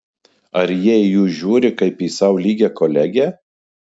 ar jie į jus žiūri kaip į sau lygią kolegę